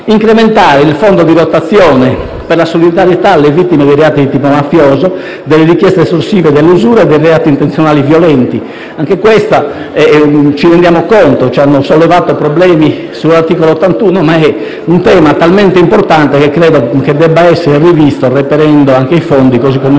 incrementare il Fondo di rotazione per la solidarietà alle vittime dei reati di tipo mafioso, delle richieste estorsive, dell'usura e dei reati intenzionali violenti. Anche in questo caso ci rendiamo conto del perché siano stati sollevati problemi ai sensi dell'articolo 81 della Costituzione ma è un tema talmente importante che credo debba essere rivisto reperendo anche i fondi, così come